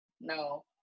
No